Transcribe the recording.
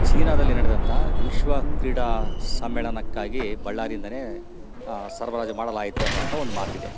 ಚೀನಾದಲ್ಲಿ ನಡೆದಂಥ ವಿಶ್ವ ಕ್ರೀಡಾ ಸಮ್ಮೇಳನಕ್ಕಾಗಿ ಬಳ್ಳಾರಿಂದಲೇ ಸರಬರಾಜು ಮಾಡಲಾಯಿತು ಅನ್ನುವಂಥ ಒಂದು ಮಾತಿದೆ